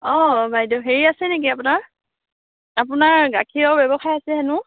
অ' বাইদ' হেৰি আছে নেকি আপোনাৰ আপোনাৰ গাখীৰৰ ব্যৱসায় আছে হেনো